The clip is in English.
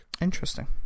Interesting